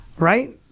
Right